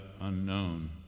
unknown